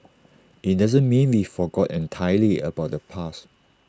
IT doesn't mean we forgot entirely about the past